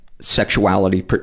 sexuality